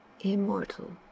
immortal